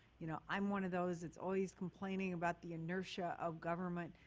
you know, i'm one of those, it's always complaining about the inertia of government,